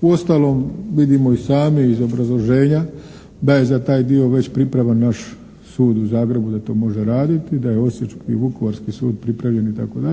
Uostalom, vidimo i sami iz obrazloženja da je za taj dio već pripravan naš sud u Zagrebu da to može raditi, da je osječki i vukovarski sud pripravljen itd.